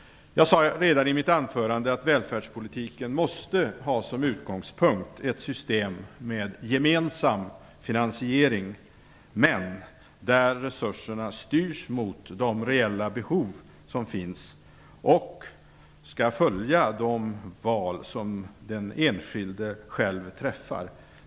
Jag sade redan i mitt inledningsanförande att välfärdspolitiken måste ha som utgångspunkt ett system med gemensam finansiering men där resurserna styrs mot de reella behov som finns och skall följa de val som den enskilde själv träffar.